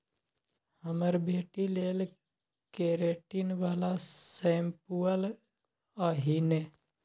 हमर बेटी लेल केरेटिन बला शैंम्पुल आनिहे